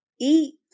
Eat